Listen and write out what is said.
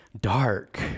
dark